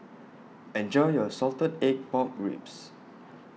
Enjoy your Salted Egg Pork Ribs